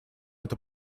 это